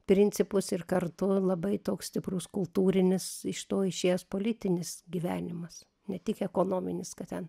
principus ir kartu labai toks stiprus kultūrinis iš to išėjęs politinis gyvenimas ne tik ekonominis kad ten